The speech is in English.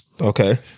Okay